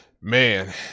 Man